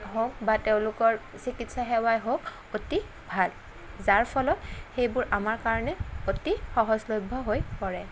হওক বা তেওঁলোকৰ চিকিৎসাসেৱাই হওক অতি ভাল যাৰ ফলত সেইবোৰ আমাৰ কাৰণে অতি সহজলভ্য় হৈ পৰে